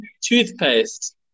toothpaste